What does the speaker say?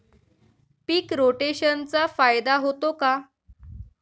पीक रोटेशनचा फायदा होतो का?